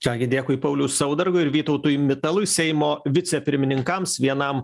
ką gi dėkui pauliui saudargui ir vytautui mitalui seimo vicepirmininkams vienam